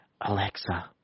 Alexa